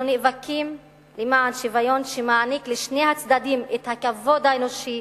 אנחנו נאבקים למען שוויון שמעניק לשני הצדדים את הכבוד האנושי